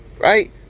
Right